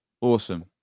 awesome